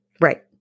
Right